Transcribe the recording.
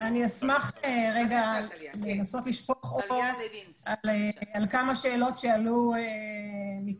אני אשמח לנסות לשפוך אור על כמה שאלות שעלו מכם.